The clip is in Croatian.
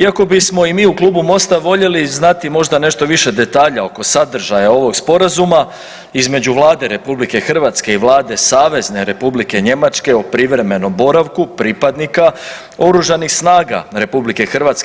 Iako bismo i mi u klubu Mosta voljeli znati možda nešto više detalja oko sadržaja ovog sporazuma između Vlade RH i Vlade Savezne Republike Njemačke o privremenom boravku pripadnika Oružanih snaga RH